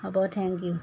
হ'ব thank U